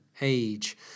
age